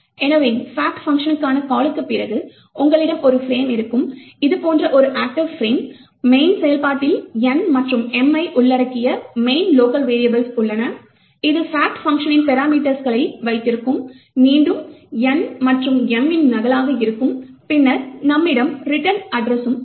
எனவே fact பங்க்ஷன்கான காலுக்குப் பிறகு உங்களிடம் ஒரு ஃபிரேம் இருக்கும் இது போன்ற ஒரு ஆக்ட்டிவ் ஃபிரேம் main செயல்பாட்டில் N மற்றும் M ஐ உள்ளடக்கிய main லோக்கல் வெரியபிள்ஸ் உள்ளன அது fact பங்க்ஷனின் பராமீட்டர்களை வைத்திருக்கும் மீண்டும் N மற்றும் M இன் நகலாக இருக்கும் பின்னர் நம்மிடம் ரிட்டர்ன் அட்ரெஸ் இருக்கும்